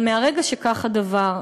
אבל מרגע שכך הדבר,